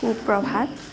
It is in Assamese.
সুপ্ৰভাত